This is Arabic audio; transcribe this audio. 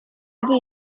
الذي